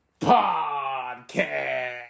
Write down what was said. Podcast